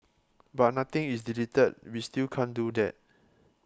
but nothing is deleted we still can't do that